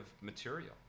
material